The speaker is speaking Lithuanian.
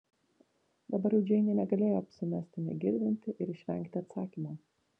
dabar jau džeinė negalėjo apsimesti negirdinti ir išvengti atsakymo